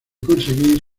conseguir